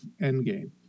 Endgame